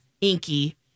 Inky